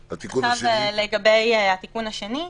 לגבי התיקון השני: